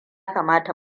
kamata